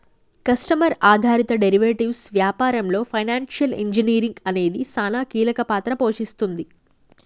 customer ఆధారిత derivatives వ్యాపారంలో financial engineering అనేది సానా కీలక పాత్ర పోషిస్తుంది